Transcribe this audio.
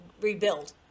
rebuild